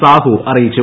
സാഹു അറിയിച്ചു